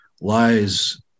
lies